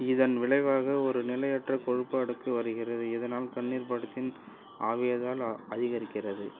இதன் விளைவாக ஒரு நிலையற்ற கொழுப்பாடுக்கு வருகிறது இதனால் கண்ணீர் படத்தின் ஆவியாதல் அதிகரிக்கிறது